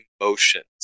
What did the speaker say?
emotions